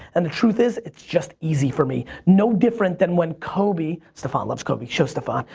and the truth is it's just easy for me. no different than when kobe, staphon, let's kobe, show staphon,